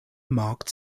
marked